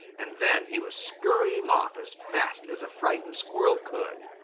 and then he was scurrying off as fast as a frightened squirrel could.